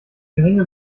geringe